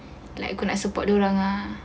like aku nak support dia orang lah